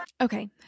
Okay